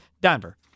Denver